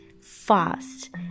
fast